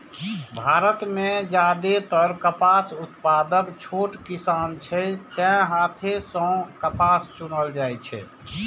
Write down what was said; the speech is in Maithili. भारत मे जादेतर कपास उत्पादक छोट किसान छै, तें हाथे सं कपास चुनल जाइ छै